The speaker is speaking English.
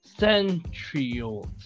centrioles